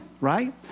right